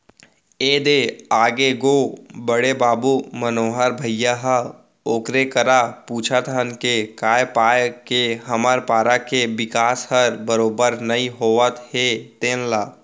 ए दे आगे गो बड़े बाबू मनोहर भइया ह ओकरे करा पूछत हन के काय पाय के हमर पारा के बिकास हर बरोबर नइ होत हे तेन ल